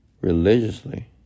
religiously